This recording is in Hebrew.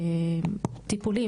מעוניינות בטיפולים,